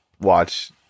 watch